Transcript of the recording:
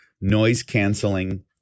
noise-canceling